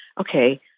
okay